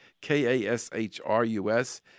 K-A-S-H-R-U-S